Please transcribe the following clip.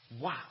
Wow